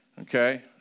okay